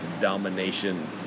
domination